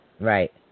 Right